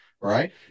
Right